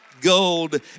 gold